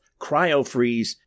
CryoFreeze